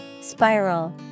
Spiral